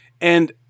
and-